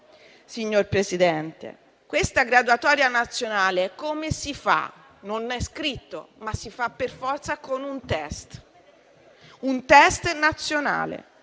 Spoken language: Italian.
signor Presidente. Questa graduatoria nazionale come si fa? Non è scritto, ma si fa per forza con un *test*, un *test* nazionale.